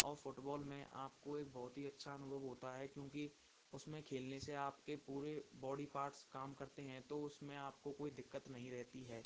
और फ़ुटबॉल में आपको एक बहुत ही अच्छा अनुभव होता है क्योंकि उसमें खेलने से आपके पूरे बॉडी पार्ट्स काम करते हैं तो उसमें आपको कोई दिक़्क़त नहीं रहती है